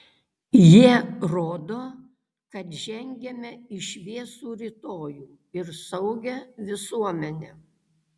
jie rodo kad žengiame į šviesų rytojų ir saugią visuomenę